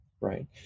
right